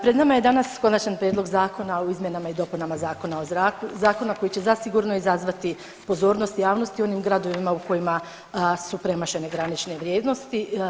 Pred nama je Konačni prijedlog Zakona o izmjenama i dopunama Zakona o zraku, zakona koji će zasigurno izazvati pozornost javnosti u onim gradovima u kojima su premašene granične vrijednosti.